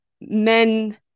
men